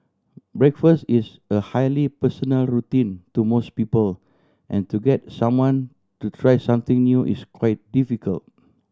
breakfast is a highly personal routine to most people and to get someone to try something new is quite difficult